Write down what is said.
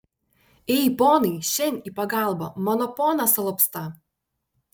ei ponai šen į pagalbą mano ponas alpsta